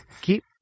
keep